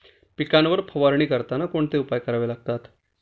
पिकांवर फवारणी करताना कोणते उपाय करावे लागतात?